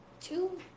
two